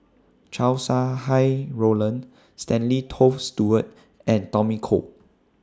Chow Sau Hai Roland Stanley Toft Stewart and Tommy Koh